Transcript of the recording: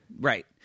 Right